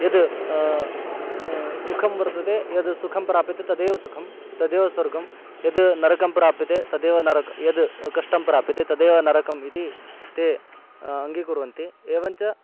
यत् सुखं वर्तते यत् सुखं प्राप्यते तदेव सुखं तदेव स्वर्गं यत् नरकं प्राप्यते तदेव नरकं यत् कष्टं प्राप्यते तदेव नरकम् इति ते अङ्गीकुर्वन्ति एवञ्च